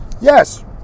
yes